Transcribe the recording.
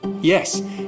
Yes